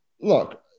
look